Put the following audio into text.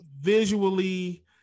visually